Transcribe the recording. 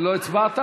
התשע"ו 2016,